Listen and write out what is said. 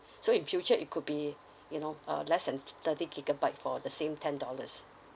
so in future it could be you know uh less than thirty gigabyte for the same ten dollars